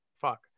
fuck